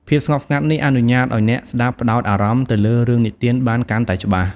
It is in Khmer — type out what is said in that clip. ភាពស្ងប់ស្ងាត់នេះអនុញ្ញាតឲ្យអ្នកស្ដាប់ផ្ដោតអារម្មណ៍ទៅលើរឿងនិទានបានកាន់តែច្បាស់។